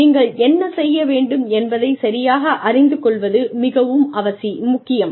நீங்கள் என்ன செய்ய வேண்டும் என்பதைச் சரியாக அறிந்து கொள்வது மிகவும் முக்கியம்